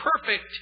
perfect